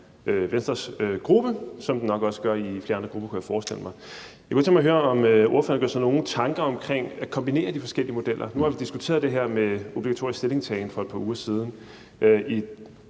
Venstres gruppe, hvilket det nok også gør i flere andre grupper, kunne jeg forestille mig. Jeg kunne godt tænke mig at høre, om ordføreren gør sig nogen tanker om at kombinere de forskellige modeller. Nu har vi diskuteret det her med obligatorisk stillingtagen for et par uger siden